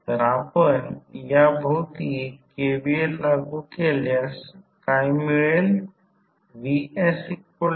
तर आपण याभोवती KVL लागू केल्यास काय मिळेल